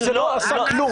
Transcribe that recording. זה לא עשה כלום.